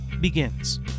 begins